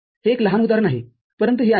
हे एक लहान उदाहरण आहे परंतु हे आहे